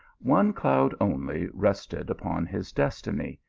one cloud only rested upon his destiny,